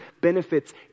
benefits